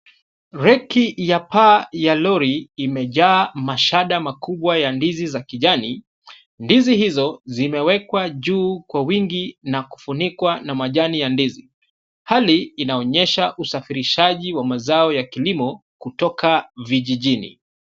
Reki ya paa ya lori imejaa mashada makubwa ya ndizi za kijani. Ndizi hizo zimewekwa juu kwa wingi na kufunikwa na manjani ya ndizi. Hali inaonyesha usafirishaji wa mazao ya kilimo kutoka vijijini.